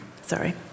Sorry